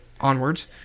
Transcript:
onwards